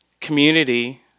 community